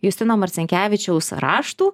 justino marcinkevičiaus raštų